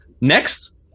next